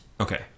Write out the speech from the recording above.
Okay